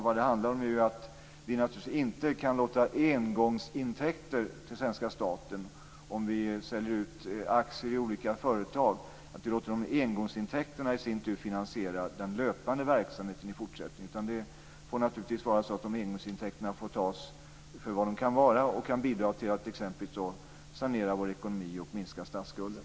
Vad det handlar om är ju att vi naturligtvis inte kan låta engångsintäkter till svenska staten, om vi säljer ut aktier i olika företag, finansiera den löpande verksamheten i fortsättningen. Engångsintäkterna får naturligtvis tas för vad de kan vara, och bidra till att sanera vår ekonomi och minska statsskulden.